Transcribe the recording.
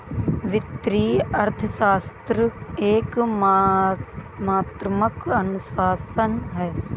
वित्तीय अर्थशास्त्र एक मात्रात्मक अनुशासन है